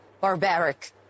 barbaric